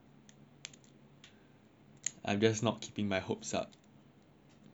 I'm just not keeping my hopes up